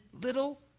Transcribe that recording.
little